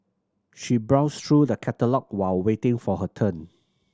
she browsed through the catalogue while waiting for her turn